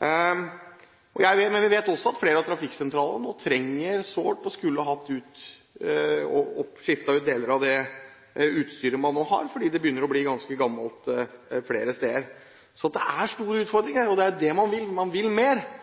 Men vi vet også at flere av trafikksentralene sårt trenger å skifte ut deler av utstyret man nå har, for det begynner å bli ganske gammelt flere steder. Så det er store utfordringer når det gjelder dette, men man vil mer. Vi er glad for det regjeringen har gjort, men vi vet også at man